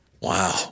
Wow